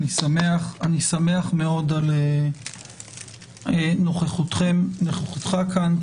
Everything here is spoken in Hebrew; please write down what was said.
אני שמח מאוד על נוכחותכם, נוכחותך כאן.